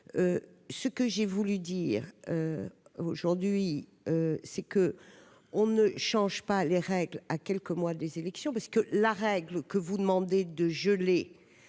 ce que j'ai voulu dire aujourd'hui c'est que on ne change pas les règles, à quelques mois des élections parce que la règle que vous demander de geler,